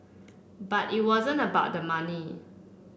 but it wasn't about the money